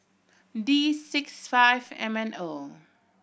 D six five M N O